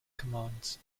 commands